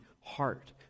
heart